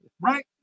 Right